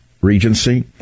Regency